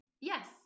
yes